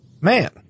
Man